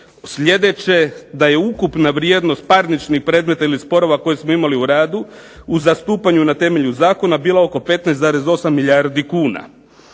sljedeće, da je ukupna vrijednost parničnih predmeta ili sporova koje smo imali u radu, u zastupanju na temelju zakona bila oko 15,8 milijardi kuna.